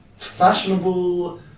fashionable